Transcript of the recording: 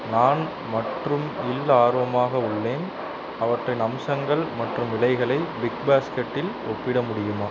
நான் மற்றும் இல் ஆர்வமாக உள்ளேன் அவற்றின் அம்சங்கள் மற்றும் விலைகளை பிக்பாஸ்க்கெட்டில் ஒப்பிட முடியுமா